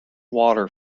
water